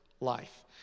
life